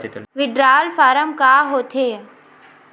withdrawal form का होथेय